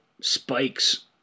spikes